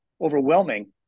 overwhelming